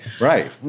Right